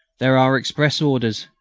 there are express orders.